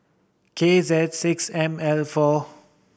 K Z six M L four